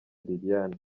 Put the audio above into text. liliane